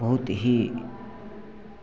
बहुत ही